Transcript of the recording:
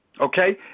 Okay